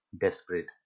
desperate